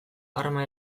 arma